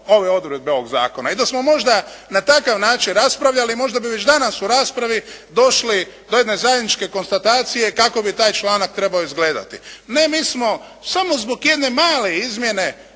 ove odredbe ovoga zakona i da smo možda na takav način raspravljali, možda bi već danas u raspravi došli do jedne zajedničke konstatacije kako bi taj članak trebao izgledati. Ne mi smo samo zbog jedne male izmjene